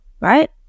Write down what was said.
right